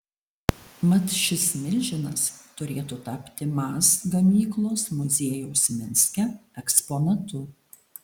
mat šis milžinas turėtų tapti maz gamyklos muziejaus minske eksponatu